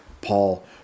Paul